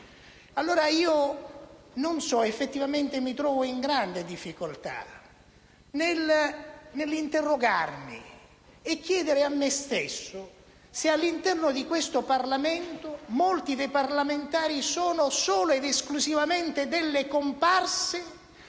Allora, io effettivamente mi trovo in grave difficoltà nell'interrogarmi e chiedere a me stesso se all'interno di questo Parlamento molti dei parlamentari sono solo ed esclusivamente delle comparse